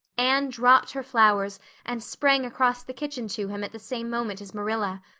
anne dropped her flowers and sprang across the kitchen to him at the same moment as marilla.